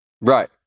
Right